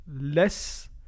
less